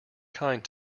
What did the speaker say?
kind